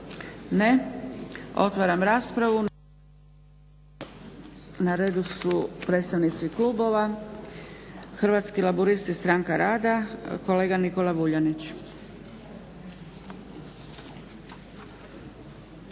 Ne. Otvaram raspravu. Na redu su predstavnici klubova. Hrvatski laburisti – stranka rada, kolega Nikola Vuljanić.